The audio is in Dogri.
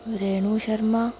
रेणु शर्मा